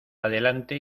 adelante